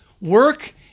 work